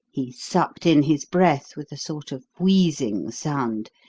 he sucked in his breath with a sort of wheezing sound,